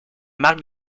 marque